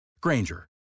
Granger